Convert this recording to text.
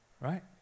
Right